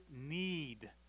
need